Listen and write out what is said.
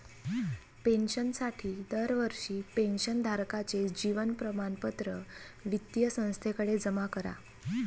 पेन्शनसाठी दरवर्षी पेन्शन धारकाचे जीवन प्रमाणपत्र वित्तीय संस्थेकडे जमा करा